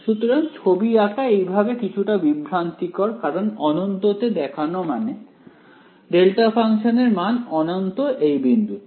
সুতরাং ছবি আঁকা এইভাবে কিছুটা বিভ্রান্তিকর কারণ অনন্ত তে দেখানো মানে ডেল্টা ফাংশনের মান অনন্ত এই বিন্দুতে